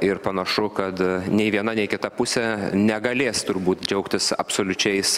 ir panašu kad nei viena nei kita pusė negalės turbūt džiaugtis absoliučiais